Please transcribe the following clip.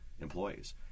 employees